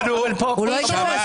שמענו, שמענו.